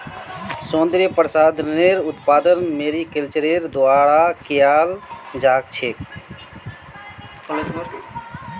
सौन्दर्य प्रसाधनेर उत्पादन मैरीकल्चरेर द्वारा कियाल जा छेक